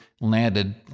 landed